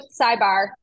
sidebar